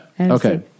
Okay